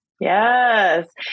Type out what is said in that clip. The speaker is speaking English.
Yes